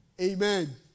Amen